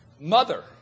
Mother